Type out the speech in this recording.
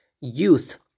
youth